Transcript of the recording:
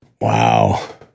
Wow